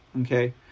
Okay